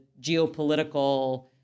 geopolitical